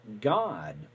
God